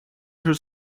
her